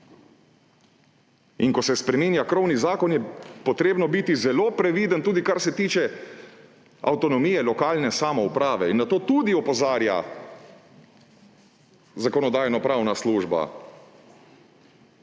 In ko se spreminja krovni zakon, je potrebno biti zelo previden tudi, kar se tiče avtonomije lokalne samouprave. In na to tudi opozarja Zakonodajno-pravna služba,